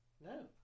No